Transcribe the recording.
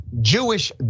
Jewish